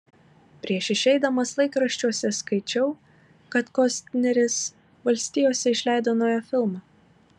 prieš išeidamas laikraščiuose skaičiau kad kostneris valstijose išleido naują filmą